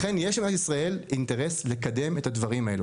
לכן יש למדינת ישראל אינטרס לקדם את הדברים האלה.